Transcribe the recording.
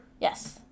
Yes